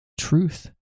truth